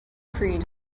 creed